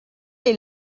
est